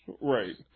Right